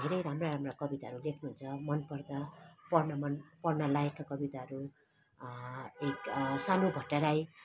धेरै राम्रा राम्रा कविताहरू लेख्नुहुन्छ मन पर्दा पढ्न मन पढ्न लायकको कविताहरू एक सानु भट्टराई